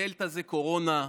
הדלתא זה קורונה,